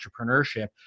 entrepreneurship